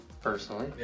personally